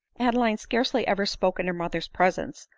adeline scarcely ever spoke in her mother's presence,